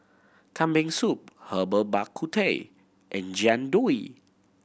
Kambing Soup Herbal Bak Ku Teh and Jian Dui